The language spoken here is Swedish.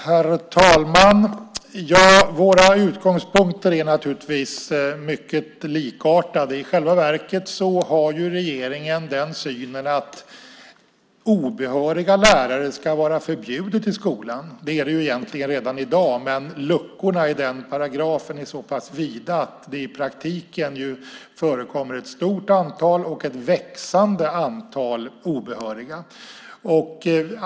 Herr talman! Våra utgångspunkter är naturligtvis mycket likartade. I själva verket har regeringen synen att det ska vara förbjudet med obehöriga lärare i skolan. Det är det egentligen redan i dag, men luckorna i paragrafen är så vida att det i praktiken förekommer ett stort och växande antal obehöriga.